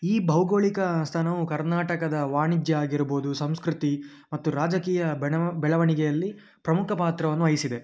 ಈ ಭೌಗೋಳಿಕ ಸ್ಥಾನವು ಕರ್ನಾಟಕದ ವಾಣಿಜ್ಯ ಆಗಿರ್ಬೋದು ಸಂಸ್ಕೃತಿ ಮತ್ತು ರಾಜಕೀಯ ಬೆಣವ ಬೆಳವಣಿಗೆಯಲ್ಲಿ ಪ್ರಮುಖ ಪಾತ್ರವನ್ನು ವಹಿಸಿದೆ